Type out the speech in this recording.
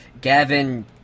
Gavin